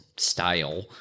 style